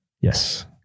Yes